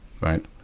right